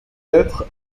hêtres